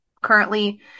Currently